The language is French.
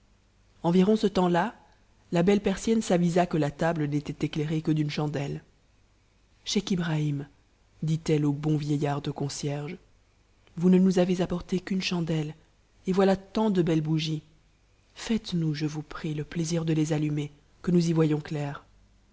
environ ce temps la la belle persie n s'avisa que la table n'était éclairée que d'une chandelle scheich ibrahim dit-elle au bon vieillard de concierge vous ne nous avez apporté qu'u chandelle et voilà tant de belles bougies faites-nous je vous prie plaisir de les allumer que nous y voyions clair